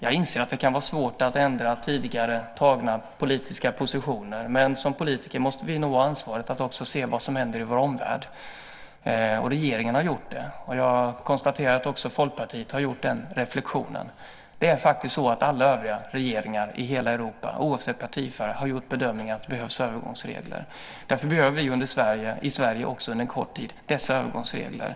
Jag inser att det kan vara svårt att ändra tidigare tagna politiska positioner, men som politiker måste vi nog ta ansvaret att också se vad som händer i vår omvärld. Regeringen har gjort det, och jag konstaterar att också Folkpartiet har gjort den reflexionen. Det är faktiskt så att alla övriga regeringar i hela Europa, oavsett partifärg, har gjort bedömningen att det behövs övergångsregler. Därför behöver vi i Sverige också under en kort tid dessa övergångsregler.